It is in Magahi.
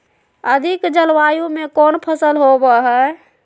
अधिक जलवायु में कौन फसल होबो है?